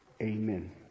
Amen